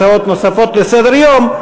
הצעות נוספות לסדר-היום,